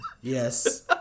yes